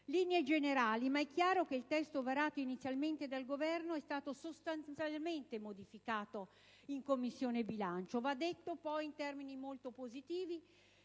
linee generali, ma è chiaro che il testo varato inizialmente dal Governo è stato sostanziosamente modificato in Commissione bilancio. Va detto poi in termini molto positivi